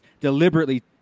deliberately